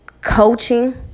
coaching